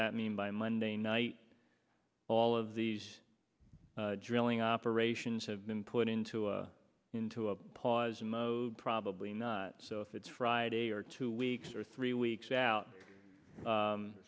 that mean by monday night all of these drilling operations have been put into into a pause mode probably not so if it's friday or two weeks or three weeks out